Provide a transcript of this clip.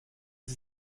sie